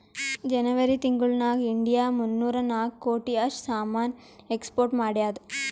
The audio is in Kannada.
ಜನೆವರಿ ತಿಂಗುಳ್ ನಾಗ್ ಇಂಡಿಯಾ ಮೂನ್ನೂರಾ ನಾಕ್ ಕೋಟಿ ಅಷ್ಟ್ ಸಾಮಾನ್ ಎಕ್ಸ್ಪೋರ್ಟ್ ಮಾಡ್ಯಾದ್